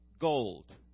gold